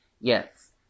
Yes